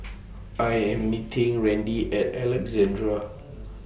I Am meeting Randy At Alexandra